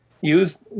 use